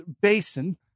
basin